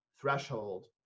threshold